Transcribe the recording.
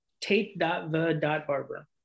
Tate.the.barber